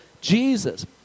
Jesus